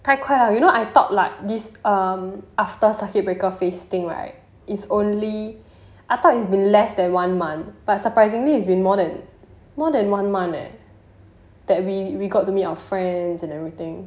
太快了 you know I thought like this um after circuit breaker phase thing right is only I thought it's been less than one month but surprisingly it's been more than more than one month eh that we we got to meet our friends and everything